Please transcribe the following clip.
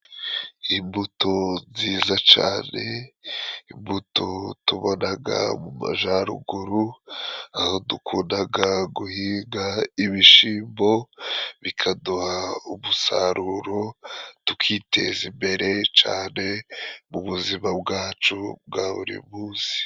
Imbuto nziza cane, imbuto tubonaga mu majaruguru aho dukundaga guhinga ibishimbo bikaduha umusaruro, tukiteza imbere cane mu buzima bwacu bwa buri munsi.